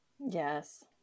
Yes